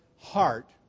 heart